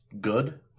good